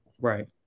Right